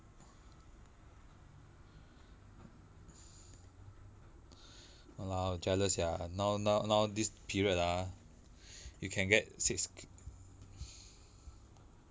!walao! jealous sia now now now this period ah you can get six K